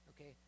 okay